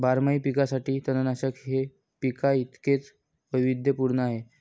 बारमाही पिकांसाठी तणनाशक हे पिकांइतकेच वैविध्यपूर्ण आहे